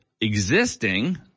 existing